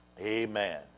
Amen